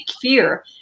fear